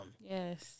Yes